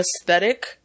aesthetic